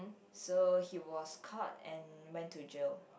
so he was caught and went to jail